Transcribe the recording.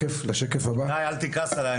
גיא, אל תכעס עליי.